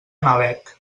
nalec